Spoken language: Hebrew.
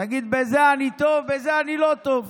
תגיד: בזה אני טוב, בזה אני לא טוב.